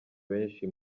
benshi